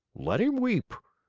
let him weep.